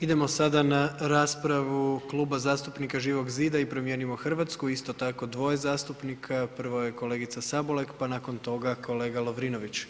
Idemo sada na raspravu Kluba zastupnika Živog zida i Promijenimo Hrvatsku, isto tako 2 zastupnika, prvo je kolegica Sabolek pa nakon tog kolega Lovrinović.